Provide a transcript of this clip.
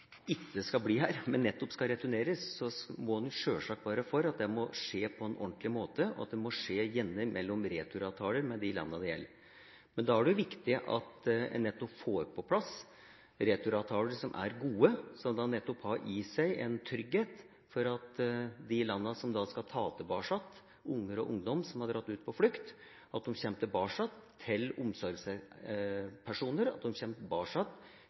ikke skal bli her, men skal returneres, må en sjølsagt være for at det må skje på en ordentlig måte, og at det må skje gjennom returavtaler med de landene det gjelder. Men da er det viktig at en får på plass returavtaler som er gode, som nettopp har i seg en trygghet for at de landene som skal ta tilbake unger og ungdom som har dratt ut på flukt, sørger for at de kommer tilbake til omsorgspersoner